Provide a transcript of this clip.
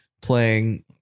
playing